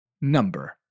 number